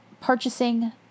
purchasing